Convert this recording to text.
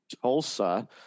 Tulsa